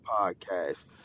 Podcast